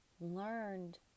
learned